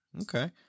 Okay